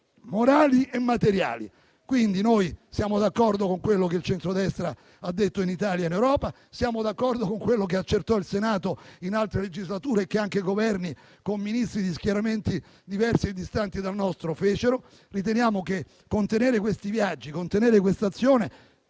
e materiali. Siamo perciò d'accordo con quello che il centrodestra ha detto in Italia e in Europa, siamo d'accordo con quello che accertò il Senato in altre legislature e che altri Governi, con Ministri di schieramenti diversi distanti dal nostro, fecero. Riteniamo che contenere questi viaggi e questa azione